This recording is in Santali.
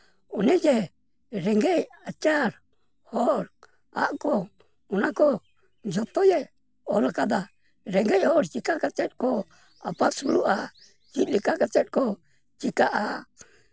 ᱚᱱᱮ ᱡᱮ ᱨᱮᱸᱜᱮᱡ ᱱᱟᱪᱟᱨ ᱦᱚᱸᱠᱼᱟᱜ ᱠᱚ ᱚᱱᱟᱠᱚ ᱡᱷᱚᱛᱚᱭᱮ ᱚᱞ ᱠᱟᱫᱟ ᱨᱮᱸᱜᱮᱡ ᱦᱚᱲ ᱪᱤᱠᱟ ᱠᱟᱛᱮ ᱠᱚ ᱟᱯᱟᱥᱩᱞᱚᱜᱼᱟ ᱪᱮᱫ ᱞᱮᱠᱟ ᱠᱟᱛᱮ ᱠᱚ ᱪᱤᱠᱟᱜᱼᱟ